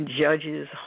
judges